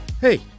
Hey